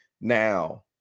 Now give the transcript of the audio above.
Now